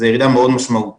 זו ירידה מאוד משמעותית.